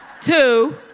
Two